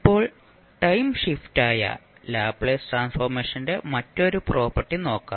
ഇപ്പോൾ ടൈം ഷിഫ്റ്റായ ലാപ്ലേസ് ട്രാൻസ്ഫോർമേഷന്റെ മറ്റൊരു പ്രോപ്പർട്ടി നോക്കാം